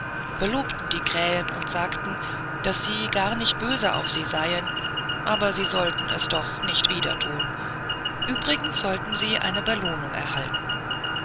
belobten die krähen und sagten daß sie gar nicht böse auf sie seien aber sie sollten es doch nicht wieder thun übrigens sollten sie eine belohnung erhalten